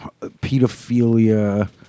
pedophilia